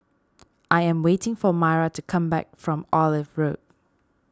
I am waiting for Myra to come back from Olive Road